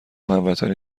هموطنی